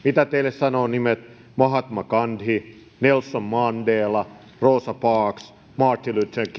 mitä teille sanovat nimet mahatma gandhi nelson mandela rosa parks martin luther king